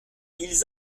ils